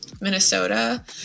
Minnesota